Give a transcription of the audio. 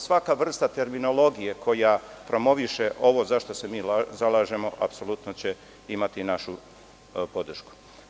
Svaka vrsta terminologije koja promoviše ovo za šta se zalažemo apsolutno će imati našu podršku.